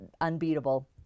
unbeatable